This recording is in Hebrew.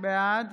בעד